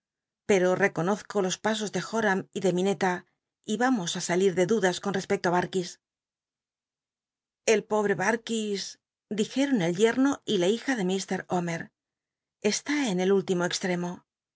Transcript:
pero reconozco de los pasos de joram y de minela y vamos á salir de dudas con respecto i oarkis kis dijcaon el yemo y la hija de mr omer está en el último extremo